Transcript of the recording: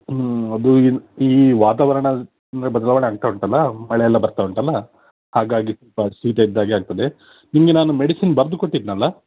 ಅದು ಈ ಈ ವಾತಾವರಣ ಎಲ್ಲ ಬದಲಾವಣೆ ಆಗ್ತಾ ಉಂಟಲ್ಲ ಮಳೆಯೆಲ್ಲ ಬರ್ತಾ ಉಂಟಲ್ಲ ಹಾಗಾಗಿ ಸ್ವಲ್ಪ ಶೀತ ಇದ್ದ ಹಾಗೆ ಆಗ್ತದೆ ನಿಮಗೆ ನಾನು ಮೆಡಿಸಿನ್ ಬರೆದು ಕೊಟ್ಟಿದ್ದೆನಲ್ಲ